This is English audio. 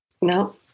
No